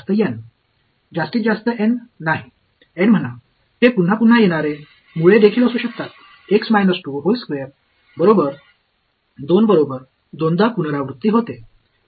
जास्तीत जास्त एन नाही एन म्हणा ते पुन्हा पुन्हा येणारे मुळे देखील असू शकतात बरोबर 2 बरोबर दोनदा पुनरावृत्ती होते